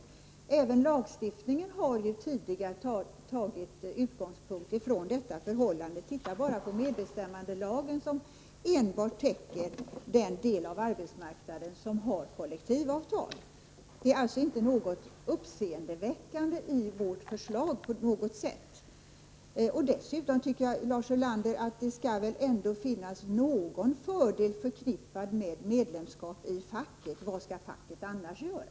Även lagstiftningen har ju tidigare tagit detta som utgångspunkt. Titta bara på medbestämmandelagen, som enbart täcker den del av arbetsmarknaden som har kollektivavtal! Vårt förslag är alltså inte på något sätt uppseendeväckande. Dessutom tycker jag, Lars Ulander, att det väl ändå skall finnas någon fördel förknippad med medlemskap i facket. Vad skall facket annars göra?